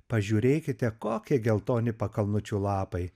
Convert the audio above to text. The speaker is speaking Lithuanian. pažiūrėkite kokie geltoni pakalnučių lapai